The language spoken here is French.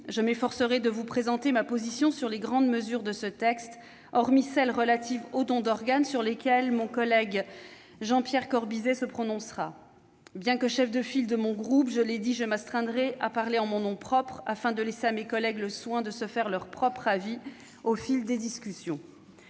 je m'efforcerai de vous présenter ma position sur les grandes mesures de ce texte, hormis celles qui concernent le don d'organes sur lesquelles mon collègue Jean-Pierre Corbisez se prononcera. Bien qu'étant cheffe de file de mon groupe, je m'astreindrai à parler en mon nom propre, afin de laisser à mes collègues le soin de se faire leur propre avis au fil des discussions.